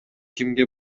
кимге